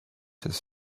his